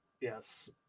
Yes